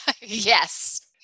Yes